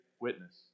witness